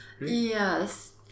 Yes